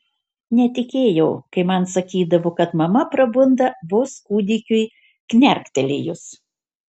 netikėjau kai man sakydavo kad mama prabunda vos kūdikiui knerktelėjus